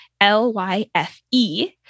L-Y-F-E